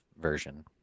version